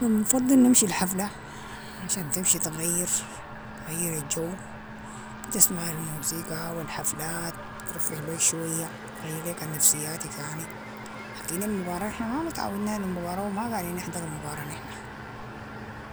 بنفضل نمشي الحفلة، عشان تمشي تغير، تغير الجو و بتسمع الموسيقى و الحفلات ترفه ليك شوية، تغير ليك النفسياتك يعني، لكن المباراة نحن ما متعودين على المبارة و ما قاعدين نحضر المبارة نحن.